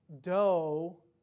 dough